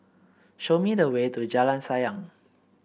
show me the way to Jalan Sayang